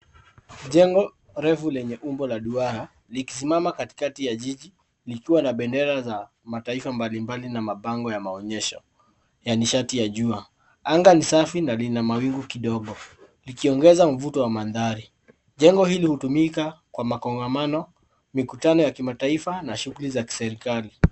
Jengo refu lenye umbo wa duara likisimama katikati ya jiji, likiwa na bendera za mataifa mbalimbali na mabango ya maonyesho ya nishati ya jua. Anga ni safi na lina mawingu kidogo, likiongeza mvuto wa mandhari. jengo hili hutumika kwa makongamano, mikutano ya kimataifa na shughuli za kiserekali.